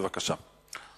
בבקשה.